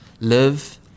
Live